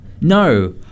No